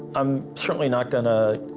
i'm certainly not going to